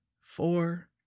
four